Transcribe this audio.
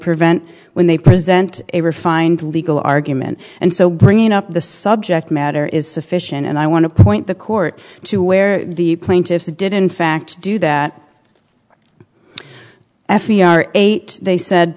prevent when they present a refined legal argument and so bringing up the subject matter is sufficient and i want to point the court to where the plaintiffs did in fact do that f e r eight they said